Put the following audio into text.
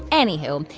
anywho, um